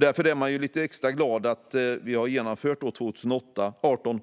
Därför är jag lite extra glad över att vi 2018 inrättade